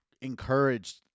encouraged